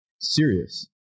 serious